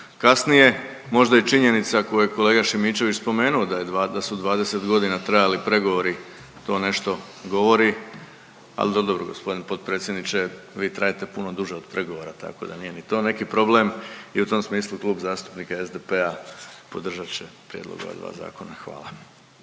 kasnije. Možda je činjenica koju je kolega Šimičević spomenuo da su 20 godina trajali pregovori to nešto govori, ali dobro gospodine potpredsjedniče vi trajete puno duže od pregovora tako da nije ni to neki problem. I u tom smislu Klub zastupnika SDP-a podržat će prijedlog ova dva zakona. Hvala.